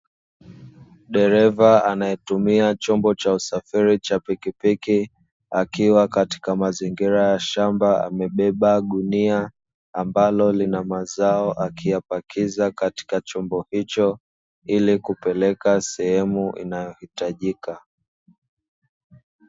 Dereva anayetumia chombo cha usafiri cha pikipiki akiwa katika mazingira ya shamba amebeba gunia ambalo lina mazao akiyapakiza katika chombo hicho ili kupeleka sehemu inayohitajika.